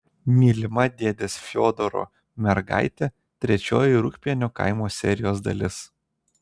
mylima dėdės fiodoro mergaitė trečioji rūgpienių kaimo serijos dalis